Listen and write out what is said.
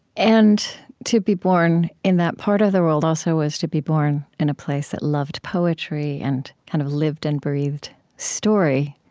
and to be born in that part of the world also was to be born in a place that loved poetry, and kind of lived and breathed story.